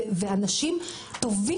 ואנשים טובים,